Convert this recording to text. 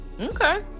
Okay